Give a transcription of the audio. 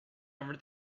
over